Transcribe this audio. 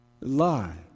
Lie